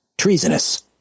treasonous